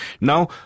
Now